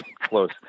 close